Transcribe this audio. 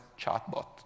chatbot